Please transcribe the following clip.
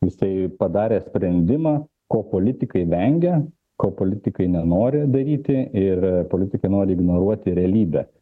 jisai padarė sprendimą ko politikai vengia ko politikai nenori daryti ir politikai nori ignoruoti realybę